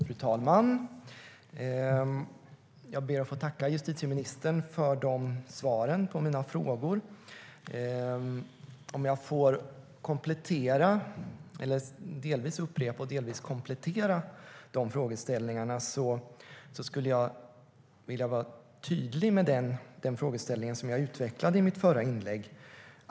Fru talman! Jag ber att få tacka justitieministern för svaren på mina frågor. Låt mig få delvis upprepa och delvis komplettera frågorna. Jag vill vara tydlig med den fråga jag utvecklade i mitt förra inlägg.